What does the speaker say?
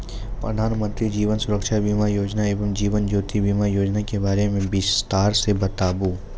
प्रधान मंत्री जीवन सुरक्षा बीमा योजना एवं जीवन ज्योति बीमा योजना के बारे मे बिसतार से बताबू?